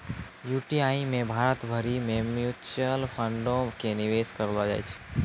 UTI मे भारत भरि के म्यूचुअल फंडो के निवेश करलो जाय छै